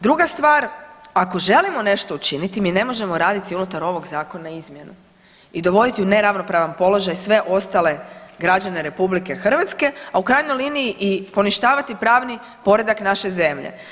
Druga stvar, ako želimo nešto učiniti mi ne možemo raditi unutar ovog zakona izmjenu i dovoditi u neravnomjeran položaj sve ostale građane RH, a u krajnjoj liniji i poništavati pravni poredak naše zemlje.